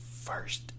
first